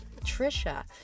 trisha